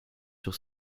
sur